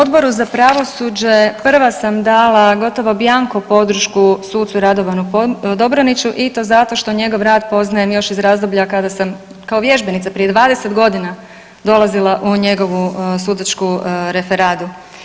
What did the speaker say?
Na Odboru za pravosuđe prva sam dala gotovo bianco podršku sucu Radovanu Dobroniću i to zato što njegov rad poznajem još iz razdoblja kada sam kao vježbenica prije 20 godina dolazila u njegovu sudačku referadu.